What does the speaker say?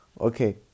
Okay